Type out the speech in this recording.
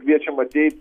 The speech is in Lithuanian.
kviečiam atei